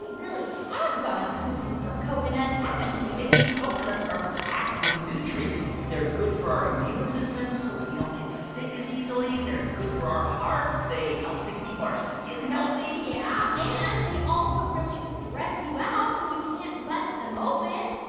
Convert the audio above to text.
really have gone cuckoo for coconuts, haven't you? mindy, coconuts are packed with nutrients. they're good for our immune system so we don't get sick as easily. they're good for our hearts. they help to keep our skin healthy yeah, and they also really stress you out when you can't bust them open